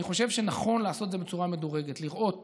אני חושב שנכון לעשות את זה בצורה מדורגת, לראות